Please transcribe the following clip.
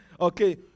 Okay